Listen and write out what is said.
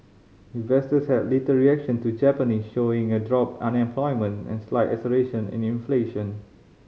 investors had little reaction to Japanese showing a drop unemployment and slight acceleration in inflation